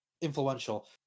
Influential